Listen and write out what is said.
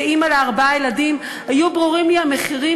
כאימא לארבעה ילדים היו ברורים לי המחירים